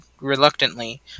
reluctantly